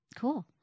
cool